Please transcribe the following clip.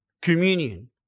Communion